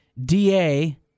DA